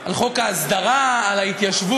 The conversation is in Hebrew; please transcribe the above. על חוק ההסדרה, על ההתיישבות.